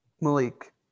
Malik